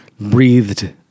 breathed